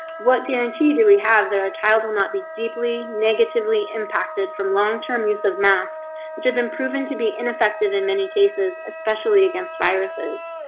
what guarantee do we have? their child will not be deeply, negatively impacted from long term use of masks which have been proven to be ineffective in many cases, especially against viruses.